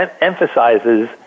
emphasizes